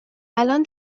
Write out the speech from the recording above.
الان